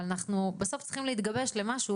אבל אנחנו בסוף צריכים להתגבש למשהו